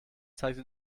zeigte